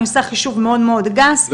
בחישוב מאוד גס,